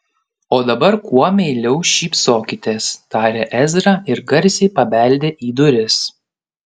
o dabar kuo meiliau šypsokitės tarė ezra ir garsiai pabeldė į duris